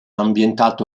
ambientato